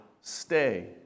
Stay